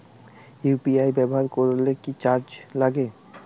UPI ব্যবহার করলে কি চার্জ লাগে?